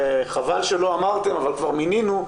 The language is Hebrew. חבל שלא אמרתם אבל כבר מינינו,